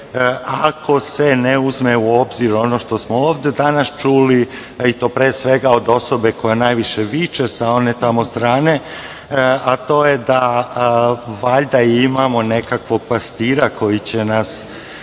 ako se ne uzme u obzir ono što smo ovde danas čuli i to, pre svega, od osobe koja najviše više sa one tamo strane, a to je da valjda imao nekakvog pastira koji će nas,